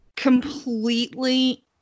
completely